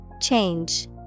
Change